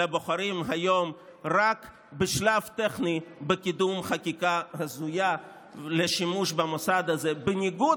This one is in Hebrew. אלא בוחרים היום רק בשלב טכני בקידום חקיקה הזויה לשימוש במוסד הזה בניגוד